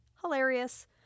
hilarious